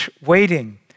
waiting